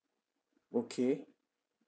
okay